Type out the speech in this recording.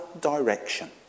direction